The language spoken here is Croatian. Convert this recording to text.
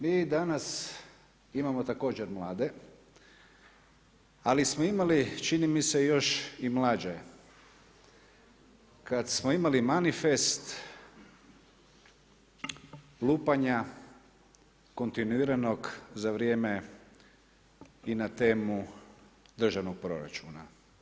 Mi danas imamo također mlade, ali smo imali čini mi se još i mlađe kada smo imali manifest lupanja kontinuiranog za vrijeme i na temu državnog proračuna.